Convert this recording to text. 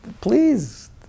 Please